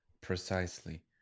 Precisely